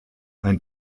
ein